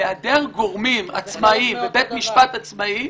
בהיעדר גורמים עצמאיים ובית משפט עצמאי,